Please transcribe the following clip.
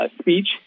speech